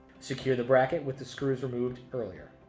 secure the bracket with the screws removed earlier.